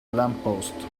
lamppost